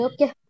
Okay